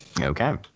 okay